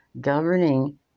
governing